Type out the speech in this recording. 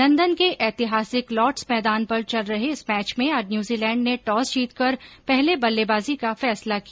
London के ऐतिहासिक Lord's मैदान पर चल रहे इस मैच में आज न्यूजीलैण्ड ने टॉस जीतकर पहले बल्लेबाजी का फैसला किया